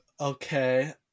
Okay